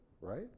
right